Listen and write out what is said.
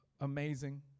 amazing